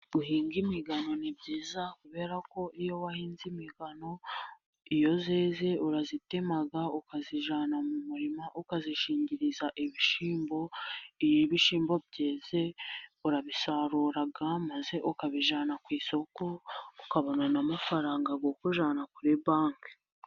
Guhinga imigano ni byiza kubera ko iyo wahinze imigano, iyo yeze urayitema ukazijyana mu murima, ukayishingiriza ibishyimbo, iyo ibishyimbo byeze urabisarura, maze ukabijyana ku isoko, ukabona amafaranga yo kujyana kuri banki.